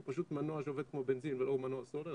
זה פשוט מנוע שעובד כמו בנזין ולא מנוע סולר,